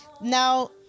Now